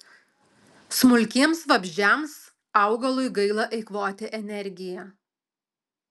smulkiems vabzdžiams augalui gaila eikvoti energiją